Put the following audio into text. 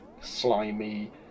slimy